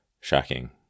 shocking